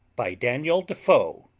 by daniel defoe